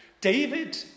David